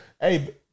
Hey